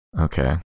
Okay